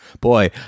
Boy